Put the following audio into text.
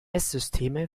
systeme